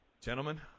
gentlemen